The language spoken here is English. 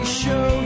show